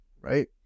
right